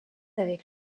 avec